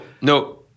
no